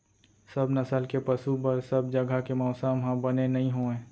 सब नसल के पसु बर सब जघा के मौसम ह बने नइ होवय